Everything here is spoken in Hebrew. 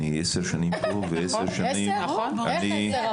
אני עשר שנים פה ועשר שנים --- איך עשר?